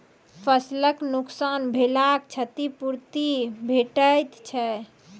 फसलक नुकसान भेलाक क्षतिपूर्ति भेटैत छै?